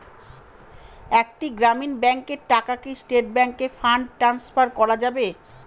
একটি গ্রামীণ ব্যাংকের টাকা কি স্টেট ব্যাংকে ফান্ড ট্রান্সফার করা যাবে?